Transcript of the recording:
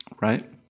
right